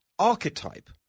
Archetype